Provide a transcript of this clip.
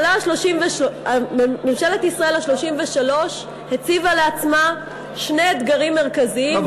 ממשלת ישראל ה-33 הציבה לעצמה שני אתגרים מרכזיים,